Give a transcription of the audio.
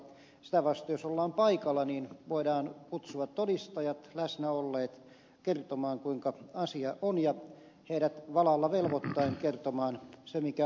sitä vastoin jos ollaan paikalla niin voidaan kutsua todistajat läsnä olleet kertomaan kuinka asia on ja heidät valalla velvoittaen kertomaan se mikä on totuus